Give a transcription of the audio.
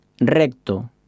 Recto